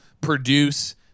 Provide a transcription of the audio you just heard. produce